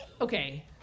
okay